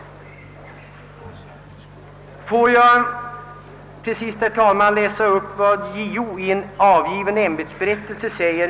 Herr talman! Får jag till sist läsa upp vad JO i en avgiven ämbetsberättelse skriver.